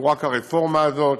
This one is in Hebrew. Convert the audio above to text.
הוא רק הרפורמה הזאת.